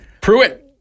Pruitt